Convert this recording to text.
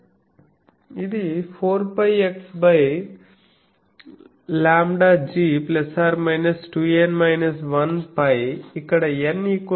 కాబట్టి ఇది 4πxn λg ± π ఇక్కడ n 1 2 3